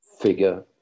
figure